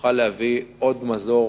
ונוכל להביא מזור